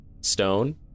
stone